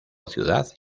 ciudad